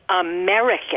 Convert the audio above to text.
American